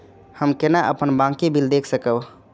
हम केना अपन बाँकी बिल देख सकब?